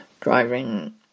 driving